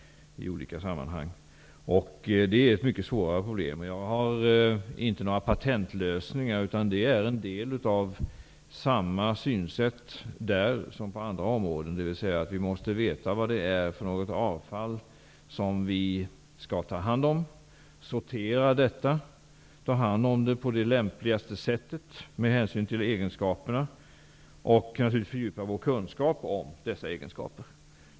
Det är ett mycket svårare problem. Jag har inte några patentlösningar det är en del av samma synsätt där som på andra områden: Vi måste veta vad det är för avfall som vi skall ta hand om, sortera detta, ta hand om det på det lämpligaste sättet med hänsyn till egenskaperna, och naturligtvis fördjupa vår kunskap om dessa egenskaper.